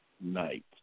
night